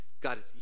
God